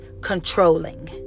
controlling